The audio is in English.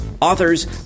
Authors